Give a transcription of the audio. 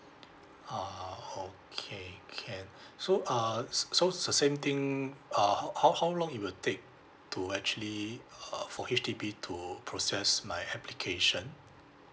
ah ah okay can so uh so so it's the same thing uh how how how long it will take to actually uh for H_D_B to process my application